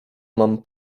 mam